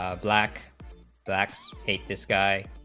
of blacked backs eight this guide